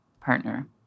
partner